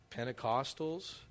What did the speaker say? Pentecostals